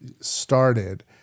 started